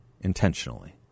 intentionally